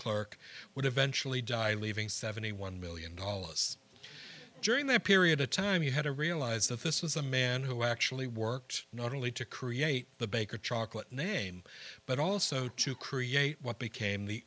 clark would eventually die leaving seventy one million dollars during that period of time you had to realize that this is a man who actually worked not only to create the baker chocolate name but also to create what became the